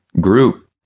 group